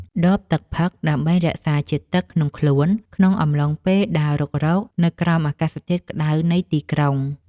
ដបទឹកផឹកដើម្បីរក្សាជាតិទឹកក្នុងខ្លួន ក្នុងអំឡុងពេលដើររុករកនៅក្រោមអាកាសធាតុក្ដៅនៃទីក្រុង។